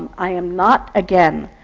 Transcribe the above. i am not, again,